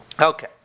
Okay